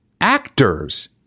actors